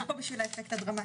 הדבקה?